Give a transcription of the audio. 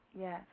Yes